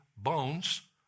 Bones